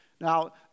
Now